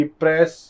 press